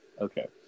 Okay